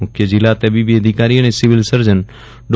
મુખ્ય જીલ્લા તબીબી અધિકારી અને સિવિલ સર્જન ડો